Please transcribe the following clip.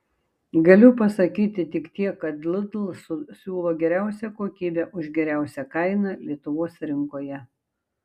galiu pasakyti tik tiek kad lidl siūlo geriausią kokybę už geriausią kainą lietuvos rinkoje